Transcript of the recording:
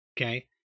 Okay